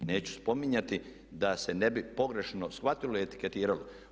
Neću spominjati da se ne bi pogrešno shvatilo i etiketiralo.